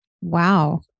Wow